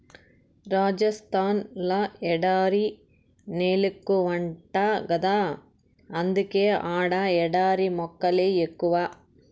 రాజస్థాన్ ల ఎడారి నేలెక్కువంట గదా అందుకే ఆడ ఎడారి మొక్కలే ఎక్కువ